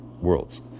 worlds